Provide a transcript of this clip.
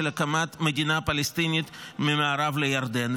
של הקמת מדינה פלסטינית ממערב לירדן.